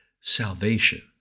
salvation